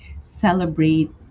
celebrate